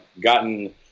gotten